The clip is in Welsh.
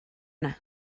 yna